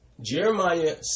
Jeremiah